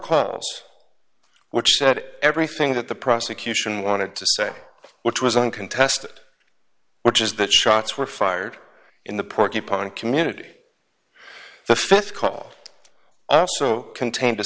clubs which said everything that the prosecution wanted to say which was uncontested which is that shots were fired in the porcupine community the th call i also contained